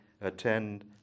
attend